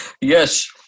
yes